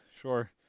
sure